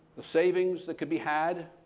the savings that could be had,